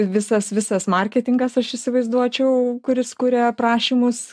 visas visas marketingas aš įsivaizduočiau kuris kuria prašymus